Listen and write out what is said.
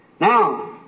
Now